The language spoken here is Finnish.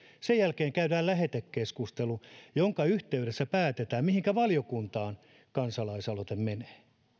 sen jälkeen käydään lähetekeskustelu jonka yhteydessä päätetään mihinkä valiokuntaan kansalaisaloite menee